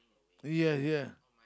ya ya